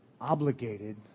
obligated